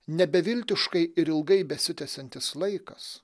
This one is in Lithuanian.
ne beviltiškai ir ilgai besitęsiantis laikas